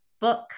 book